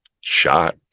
shot